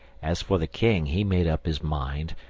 as for the king, he made up his mind,